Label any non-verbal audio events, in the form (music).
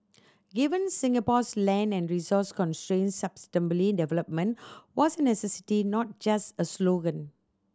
given Singapore's land and resource constraints sustainable (unintelligible) development was a necessity not just a slogan